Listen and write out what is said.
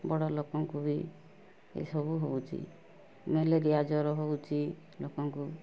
ବଡ଼ ଲୋକଙ୍କୁ ବି ଏ ସବୁ ହୋଉଛି ମେଲେରିଆ ଜର ହେଉଛି ଲୋକଙ୍କୁ